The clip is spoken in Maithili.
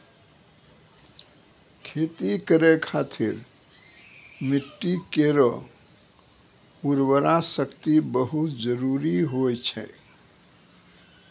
खेती करै खातिर मिट्टी केरो उर्वरा शक्ति बहुत जरूरी होय छै